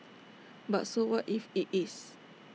but so what if IT is